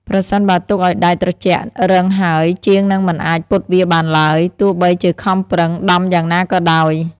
ប្រសិនបើទុកឱ្យដែកត្រជាក់រឹងហើយ ជាងនឹងមិនអាចពត់វាបានឡើយ ទោះបីជាខំប្រឹងដំយ៉ាងណាក៏ដោយ។